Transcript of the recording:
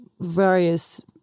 various